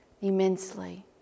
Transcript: immensely